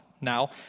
now